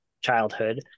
childhood